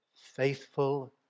Faithful